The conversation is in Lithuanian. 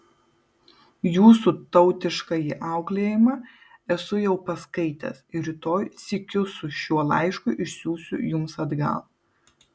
jūsų tautiškąjį auklėjimą esu jau paskaitęs ir rytoj sykiu su šiuo laišku išsiųsiu jums atgal